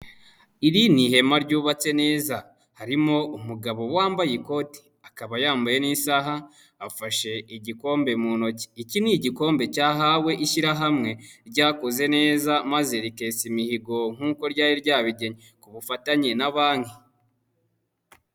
Iri ni ihema ryubatse neza. Harimo umugabo wambaye ikoti ,akaba yambaye n'isaha, afashe igikombe mu ntoki. Iki ni igikombe cyahawe ishyirahamwe ryakoze neza, maze rikesa imihigo nk'uko ryari ryabigennye, ku ubufatanye na banki.